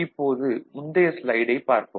இப்போது முந்தைய ஸ்லைடைப் பார்ப்போம்